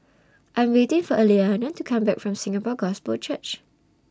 I'm waiting For Aliana to Come Back from Singapore Gospel Church